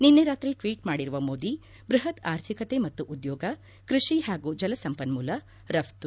ನಿನ್ನೆ ರಾತ್ರಿ ಟ್ವೀಟ್ ಮಾಡಿರುವ ಮೋದಿ ಬೃಹತ್ ಆರ್ಥಿಕತೆ ಮತ್ತು ಉದ್ಯೋಗ ಕೃಷಿ ಹಾಗೂ ಜಲ ಸಂಪನ್ನೂಲ ರಪ್ತು